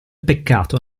peccato